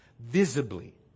visibly